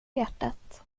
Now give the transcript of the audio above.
hjärtat